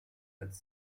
als